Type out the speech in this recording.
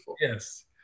Yes